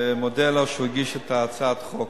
ומודה לו על שהגיש את הצעת החוק.